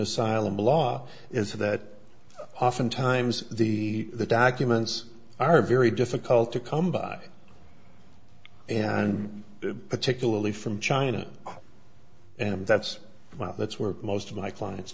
asylum law is that oftentimes the documents are very difficult to come by and particularly from china and that's that's where most of my clients